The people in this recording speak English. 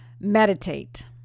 Meditate